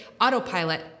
autopilot